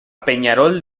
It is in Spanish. peñarol